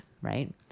right